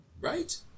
Right